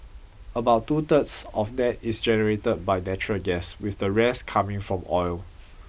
about two thirds of that is generator by natural gas with the rest coming from oil